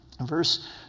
verse